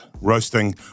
roasting